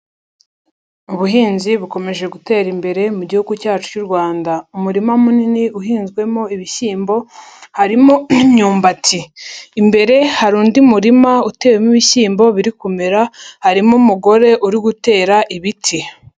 Ubuhinzi bukomeje gutera imbere mu gihugu cyacu cy'u Rwanda, umurima munini uhinzwemo ibishyimbo harimo n'imyumbati, imbere hari undi murima utewemo ibishyimbo biri kumera, harimo umugore uri gutera ibiti.